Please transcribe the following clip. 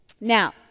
now